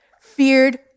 feared